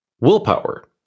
Willpower